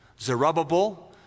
Zerubbabel